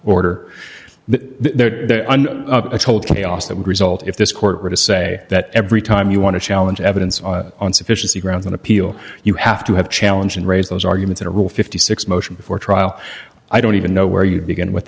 order that told chaos that would result if this court were to say that every time you want to challenge evidence on sufficiency grounds on appeal you have to have challenge and raise those arguments in a rule fifty six dollars motion before trial i don't even know where you begin with